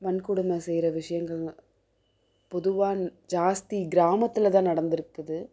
வன்கொடுமை செய்கிற விஷயங்கள் பொதுவாக ஜாஸ்தி கிராமத்தில் தான் நடந்திருக்குது